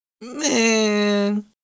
man